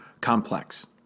complex